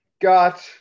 got